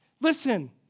Listen